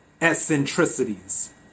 eccentricities